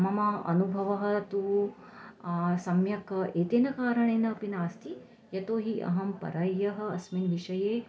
मम अनुभवः तु सम्यक् एतेन कारणेन अपि नास्ति यतो हि अहं परह्यः अस्मिन् विषये